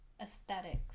aesthetics